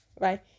right